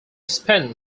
spent